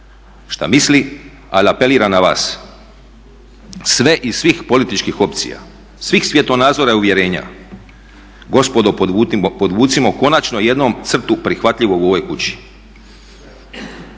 što misli, ali apeliram na vas sve iz svih političkih opcija, svih svjetonazora i uvjerenja gospodo podvucimo konačno jednom crtu prihvatljivog u ovoj kući.